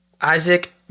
Isaac